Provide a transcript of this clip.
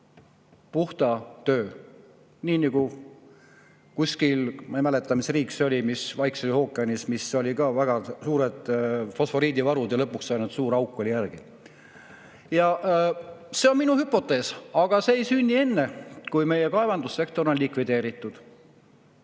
puhta töö. Nii nagu kuskil, ma ei mäleta, mis riik see oli Vaikses ookeanis, kus olid ka väga suured fosforiidivarud ja lõpuks ainult suur auk oli järel. See on minu hüpotees. Aga see ei sünni enne, kui meie kaevandussektor on likvideeritud.